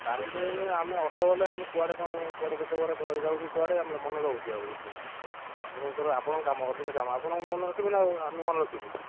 କାଲି ଆମେ ଅଟୋ ବାଲା ଆମେ କୁଆଡ଼େ କ'ଣ କୁଆଡ଼େ କେତେବେଳେ କରିଲ ଯାଉଛୁ କୁଆଡ଼େ ଆମର ମାନେ ରହୁଛି ଆଉ ଏତେ ଜିନିଷ ଆମର ଆପଣଙ୍କ କାମ ଅର୍ଜେଣ୍ଟ କାମ ଆପଣ ମାନେ ରଖିବେ ନା ଆମେମାନେ ରଖିବୁ